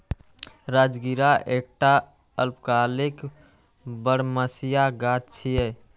राजगिरा एकटा अल्पकालिक बरमसिया गाछ छियै